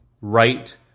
right